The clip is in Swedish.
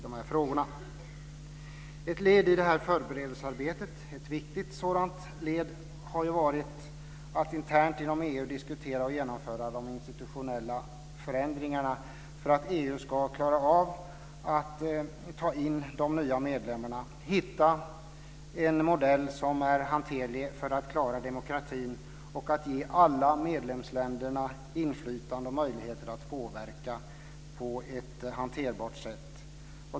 Ett viktigt led i förberedelsearbetet har varit att internt inom EU diskutera och genomföra de institutionella förändringarna för att EU ska klara av att ta in de nya medlemmarna, hitta en modell som är hanterlig för att klara demokratin och att ge alla medlemsländer inflytande och möjligheter att påverka på ett hanterbart sätt.